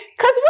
cause